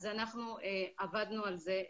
אז עבדנו על זה,